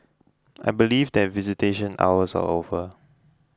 I believe that visitation hours are over